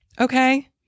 okay